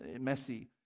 messy